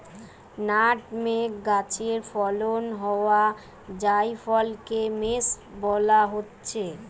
nutmeg গাছে ফলন হোয়া জায়ফলকে মেস বোলা হচ্ছে